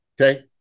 Okay